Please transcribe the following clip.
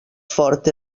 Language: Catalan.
fort